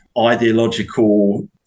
ideological